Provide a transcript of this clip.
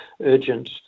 urgent